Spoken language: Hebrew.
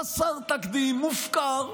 חסר תקדים, מופקר,